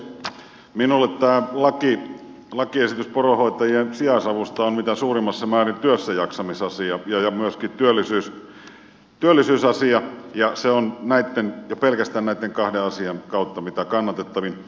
minulle tämä lakiesitys poronhoitajien sijaisavusta on mitä suurimmassa määrin työssäjaksamisasia ja myöskin työllisyysasia ja se on jo pelkästään näitten kahden asian kautta mitä kannatettavin